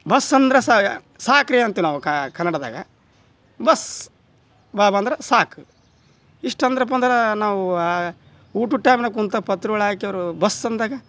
bus ಅಂದರೆ ಸಾಕು ರಿ ಅಂತೀವಿ ನಾವು ಕನ್ನಡದಾಗ ಬಸ್ ಬಾಬಾ ಅಂದ್ರೆ ಸಾಕು ಇಷ್ಟು ಅಂದಿರಪ್ಪ ಅಂದರೆ ನಾವು ಊಟದ ಟೈಮ್ನ್ಯಾಗ ಕುಂತ ಪತ್ರಾವ್ಳಿ ಹಾಕಿ ಅವರು ಬಸ್ ಅಂದಾಗ